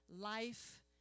life